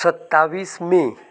सत्तावीस मे